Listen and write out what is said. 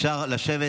אפשר לשבת